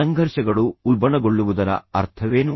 ಸಂಘರ್ಷಗಳು ಉಲ್ಬಣಗೊಳ್ಳುವುದರ ಅರ್ಥವೇನು